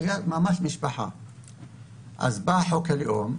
אז בא חוק הלאום.